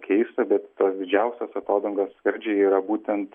keista bet tos didžiausios atodangos skardžiai yra būtent